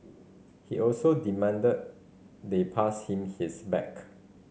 he also demanded they pass him his bag